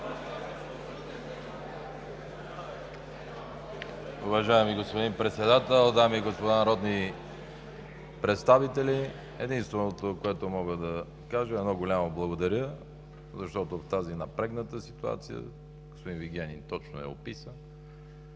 Уважаеми господин Председател, дами и господа народни представители! Единственото, което мога да кажа, е едно голямо „Благодаря!“ Защото в тази напрегната ситуация, господин Вигенин точно я описа,